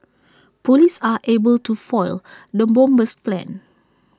Police are able to foil the bomber's plans